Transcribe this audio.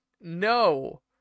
no